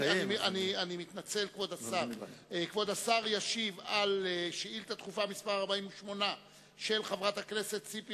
כבוד השר ישיב על שאילתא דחופה מס' 48 של חברת הכנסת ציפי